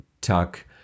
tuck